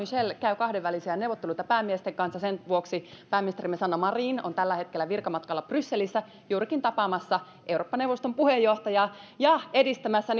käy kahdenvälisiä neuvotteluita päämiesten kanssa ja sen vuoksi pääministerimme sanna marin on tällä hetkellä virkamatkalla brysselissä juurikin tapaamassa eurooppa neuvoston puheenjohtajaa ja edistämässä